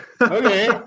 okay